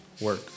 work